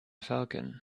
falcon